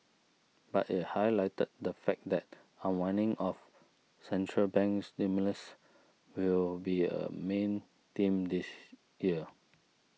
but it highlighted the fact that unwinding of central bank stimulus will be a main theme this year